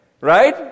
right